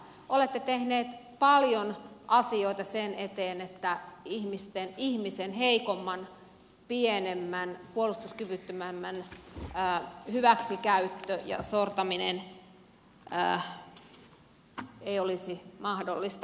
olette tehneet paljon asioita sen eteen että heikomman pienemmän puolustuskyvyttömämmän ihmisen hyväksikäyttö ja sortaminen ei olisi mahdollista